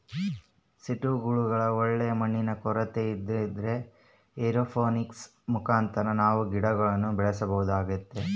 ಸಿಟಿಗುಳಗ ಒಳ್ಳೆ ಮಣ್ಣಿನ ಕೊರತೆ ಇರೊದ್ರಿಂದ ಏರೋಪೋನಿಕ್ಸ್ ಮುಖಾಂತರ ನಾವು ಗಿಡಗುಳ್ನ ಬೆಳೆಸಬೊದಾಗೆತೆ